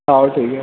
हाऊ ठीक है